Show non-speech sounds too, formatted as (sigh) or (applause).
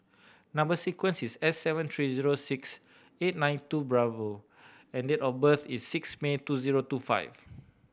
number sequence is S seven three zero six eight nine two (unintelligible) and the date of birth is six May two zero two five